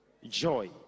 Joy